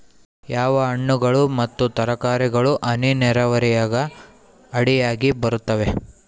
ಯಾವ ಹಣ್ಣುಗಳು ಮತ್ತು ತರಕಾರಿಗಳು ಹನಿ ನೇರಾವರಿ ಅಡಿಯಾಗ ಬರುತ್ತವೆ?